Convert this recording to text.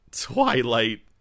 Twilight